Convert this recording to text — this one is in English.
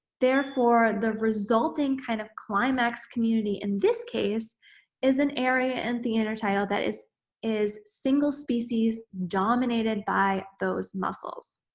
therefore, the resulting kind of climax community in this case is an area and in intertidal that is is single species, dominated by those mussels.